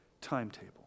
timetable